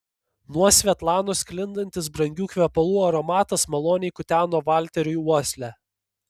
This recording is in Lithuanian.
nuo svetlanos sklindantis brangių kvepalų aromatas maloniai kuteno valteriui uoslę